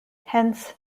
hence